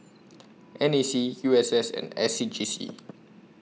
N A C U S S and S C G C